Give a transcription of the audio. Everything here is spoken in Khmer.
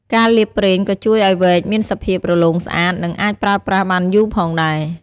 ការលាបប្រេងក៏ជួយឱ្យវែកមានសភាពរលោងស្អាត និងអាចប្រើប្រាស់បានយូរផងដែរ។